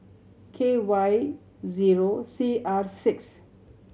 K Y zero C R six